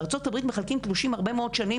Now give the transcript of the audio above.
בארצות הברית מחלקים תלושים הרבה מאוד שנים,